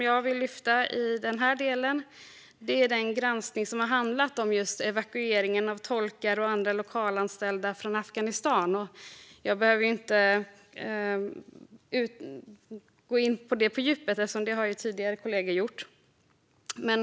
Jag vill avslutningsvis ta upp granskningen av evakueringen av tolkar och andra lokalanställda från Afghanistan. Jag behöver inte gå in på detaljer eftersom andra kollegor redan gjort det.